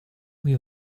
you